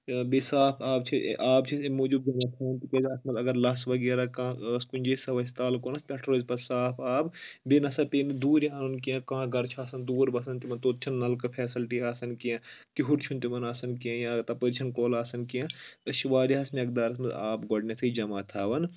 بے صاف آب چھِ آب چھِ اَمہِ موٗجوٗب تِکیازِ اَتھ منٛز اگر لَژھ وغیرہ کانٛہہ ٲس کُنہِ جایہِ سۄ وَژھہِ تَل کُنَتھ پؠٹھ روزِ پَتہٕ صاف آب بیٚیہِ نَسا پیٚیہِ نہٕ دوٗرِ اَنُن کینٛہہ کانٛہہ گَرٕ چھُ آسان دوٗر بَسان تِمَن توٚت چھُنہٕ نَلکہٕ فیَسلٹِی آسان کینٛہہ کِہُر چھُنہٕ تِمَن آسان کینٛہہ یا تَپٲرۍ چھنہٕ کۄل آسان کینٛہہ أسۍ چھِ واریاہَس مؠقدارَس منٛز آب گۄڈنؠتھٕے جمع تھاوان